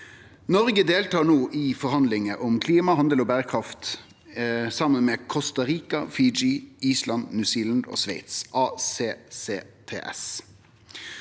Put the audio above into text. Noreg deltar no i forhandlingar om klima, handel og berekraft saman med Costa Rica, Fiji, Island, New Zealand og Sveits –